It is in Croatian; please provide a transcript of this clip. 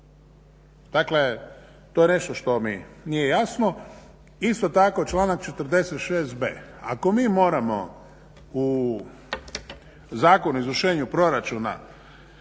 Dakle, to je nešto što mi nije jasno. Isto tako, članak 46b. Ako mi moramo u Zakonu o izvršenju proračuna